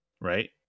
right